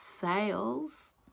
sales